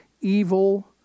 evil